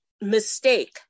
mistake